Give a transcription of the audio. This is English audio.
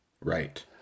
Right